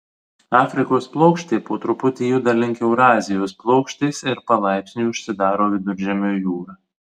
afrikos plokštė po truputį juda link eurazijos plokštės ir palaipsniui užsidaro viduržemio jūra